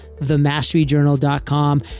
themasteryjournal.com